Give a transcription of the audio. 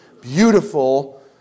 beautiful